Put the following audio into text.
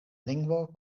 lingvo